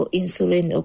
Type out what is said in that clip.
insulin